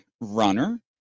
runner